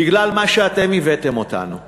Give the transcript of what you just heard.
בגלל מה שאתם הבאתם אותנו אליו.